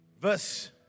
Verse